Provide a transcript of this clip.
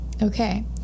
Okay